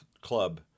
club